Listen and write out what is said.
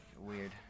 weird